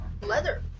leather